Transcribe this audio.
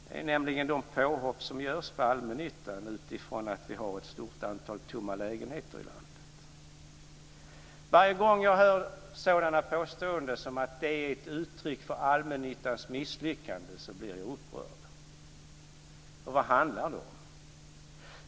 Det gäller de påhopp som görs på allmännyttan utifrån att det finns ett stort antal tomma lägenheter i landet. Varje gång jag hör påståenden om att detta är ett uttryck för allmännyttans misslyckande så blir jag upprörd. För vad handlar det om?